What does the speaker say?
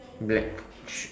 black shoe